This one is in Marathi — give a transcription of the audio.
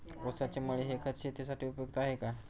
ऊसाची मळी हे खत शेतीसाठी उपयुक्त आहे का?